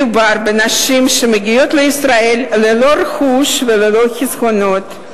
מדובר בנשים שמגיעות לישראל ללא רכוש וללא חסכונות.